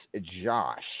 Josh